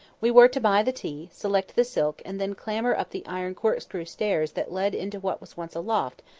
we were to buy the tea, select the silk, and then clamber up the iron corkscrew stairs that led into what was once a loft,